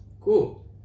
cool